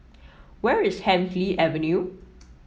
where is Hemsley Avenue